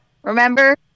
Remember